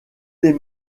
les